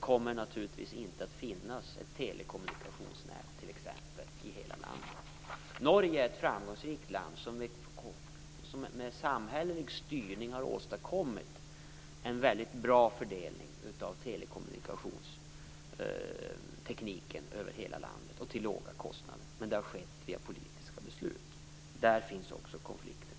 kommer det t.ex. naturligtvis inte att finnas något telekommunikationsnät i hela landet. Norge är ett framgångsrikt land, som med samhällelig styrning har åstadkommit en väldigt bra fördelning av telekommunikationstekniken över hela landet till låga kostnader. Men det har skett via politiska beslut. Också här är konflikten tydlig.